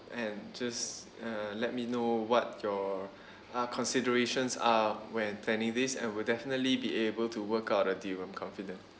and just uh let me know what your uh considerations are when planning this and we'll definitely be able to work out a deal I'm confident